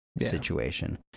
situation